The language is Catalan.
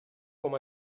com